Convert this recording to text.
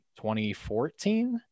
2014